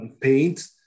paint